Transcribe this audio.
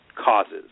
causes